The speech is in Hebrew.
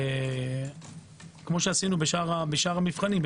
כפי שעשינו בשאר המבחנים.